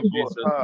Jesus